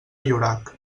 llorac